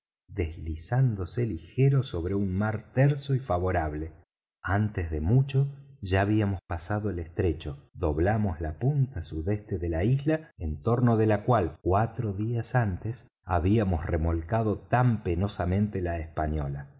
deslizándose ligero sobre un mar terso y favorable antes de mucho ya habíamos pasado el estrecho doblamos la punta sudeste de la isla en torno de la cual cuatro días antes habíamos remolcado tan penosamente la española